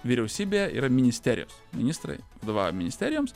vyriausybė yra ministerijos ministrai vadovauja ministerijoms